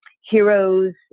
heroes